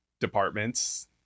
departments